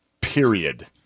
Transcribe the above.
period